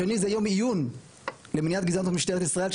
השני הוא יום עיון למניעת גזענות במשטרת ישראל,